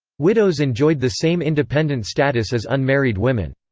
widows enjoyed the same independent status as unmarried women.